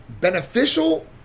Beneficial